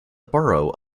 borough